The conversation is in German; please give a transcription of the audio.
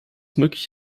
möglich